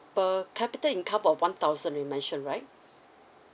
per capita income of one thousand you mention right